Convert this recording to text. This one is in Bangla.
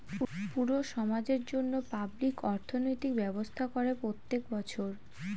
পুরো সমাজের জন্য পাবলিক অর্থনৈতিক ব্যবস্থা করে প্রত্যেক বছর